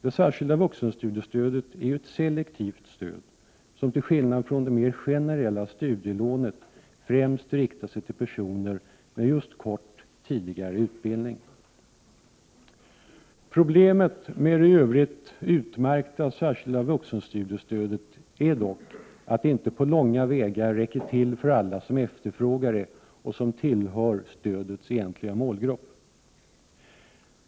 Det särskilda vuxenstudiestödet är ju ett selektivt stöd, som till skillnad från det mer generella studielånet riktar sig främst till personer med just kort tidigare utbildning. Problemet med det i övrigt utmärkta särskilda vuxenstudiestödet är dock att det inte på långa vägar räcker till för alla som efterfrågar det och som tillhör stödets egentliga målgrupp.